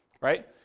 right